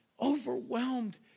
overwhelmed